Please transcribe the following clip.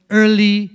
early